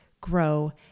grow